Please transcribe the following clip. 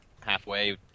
Halfway